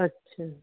ਅੱਛਾ